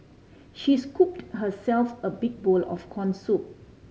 she scooped herself a big bowl of corn soup